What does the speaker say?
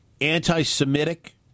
anti-Semitic